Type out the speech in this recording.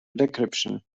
decryption